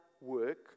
work